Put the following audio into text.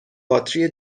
باتری